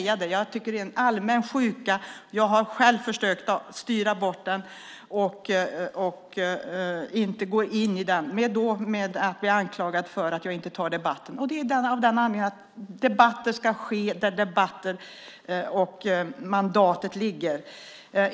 Det är en allmän sjuka. Jag har själv försökt styra bort diskussionerna och inte gå in i dem och då blivit anklagad för att inte ta debatten. Men debatter ska ske där mandatet ligger.